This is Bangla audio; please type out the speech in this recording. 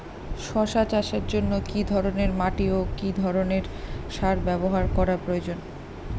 শশা চাষের জন্য কি ধরণের মাটি ও কি ধরণের সার ব্যাবহার করা প্রয়োজন?